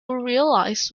realize